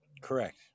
Correct